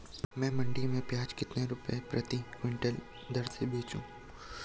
मैं मंडी में प्याज कितने रुपये प्रति क्विंटल की दर से बेचूं?